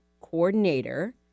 Coordinator